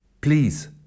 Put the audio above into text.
Please